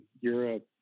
europe